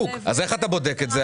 איך אתה בודק את זה?